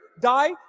die